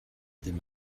dydd